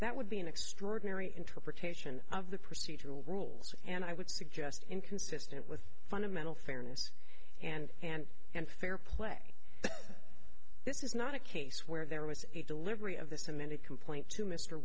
that would be an extraordinary interpretation of the procedural rules and i would suggest inconsistent with fundamental fairness and and and fair play this is not a case where there was a delivery of this amended complaint to mr